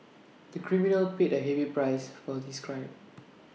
the criminal paid A heavy price for his crime